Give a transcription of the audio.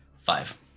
Five